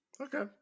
Okay